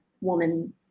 woman